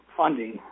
funding